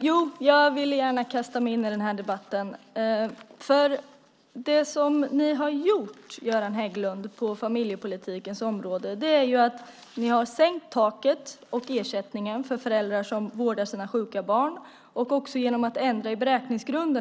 Herr talman! Jag vill gärna kasta mig in i debatten. Det ni har gjort, Göran Hägglund, på familjepolitikens område är att ni har sänkt taket och ersättningen för föräldrar som vårdar sina sjuka barn. Ni har